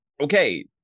okay